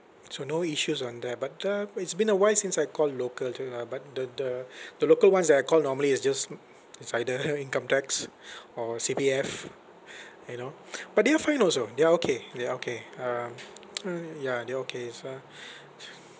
so no issues on that but uh it's been a while since I called local telco lah but the the the local ones that I call normally is just it's either income tax or C_P_F you know but they are fine also they are okay they are okay um uh ya they are okay so ya